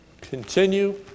continue